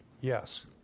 yes